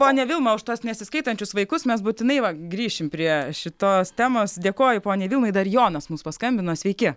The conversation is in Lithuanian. ponia vilma už tuos nesiskaitančius vaikus mes būtinai va grįšim prie šitos temos dėkoju poniai vilmai dar jonas mus paskambino sveiki